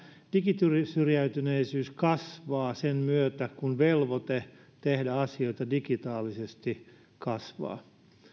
digisyrjäytyneisyys kasvaa sen myötä kun velvoite tehdä asioita digitaalisesti kasvaa ja